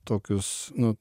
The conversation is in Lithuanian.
tokius nu